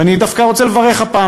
ואני דווקא רוצה לברך הפעם,